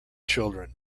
children